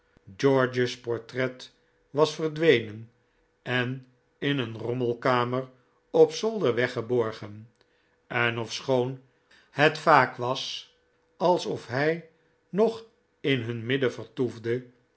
george's portret was verdwenen en in een rommelkamer op zolder weggeborgen en ofschoon het vaak was alsof hij nog in hun midden